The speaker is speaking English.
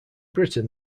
britain